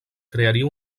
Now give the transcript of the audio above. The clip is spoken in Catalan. crearia